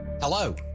Hello